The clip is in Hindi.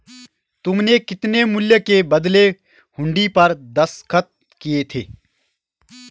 तुमने कितने मूल्य के बदले हुंडी पर दस्तखत किए थे?